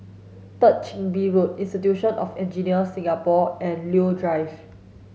Third Chin Bee Road Institute of Engineers Singapore and Leo Drive